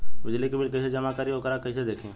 बिजली के बिल कइसे जमा करी और वोकरा के कइसे देखी?